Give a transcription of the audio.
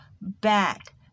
back